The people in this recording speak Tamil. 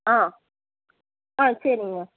ஆ ஆ சரிங்க